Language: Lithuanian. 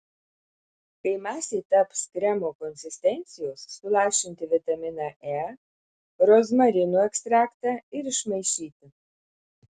kai masė taps kremo konsistencijos sulašinti vitaminą e rozmarinų ekstraktą ir išmaišyti